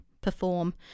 perform